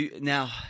Now